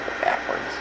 backwards